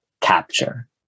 capture